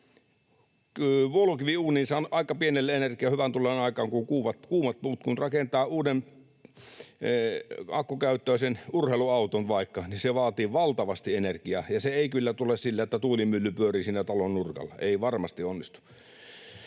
Vuolukiviuuniin saa aika pienellä energialla hyvän tulen aikaan, kun on kuivat puut. Kun rakentaa vaikka uuden akkukäyttöisen urheiluauton, se vaatii valtavasti energiaa, ja se ei kyllä tule sillä, että tuulimylly pyörii siinä talon nurkalla, ei varmasti onnistu.